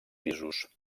pisos